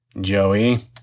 Joey